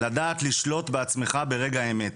לדעת לשלוט בעצמך ברגע האמת.